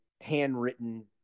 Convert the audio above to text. handwritten